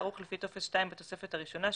ערוך לפי טופס 2 בתוספת הראשונה,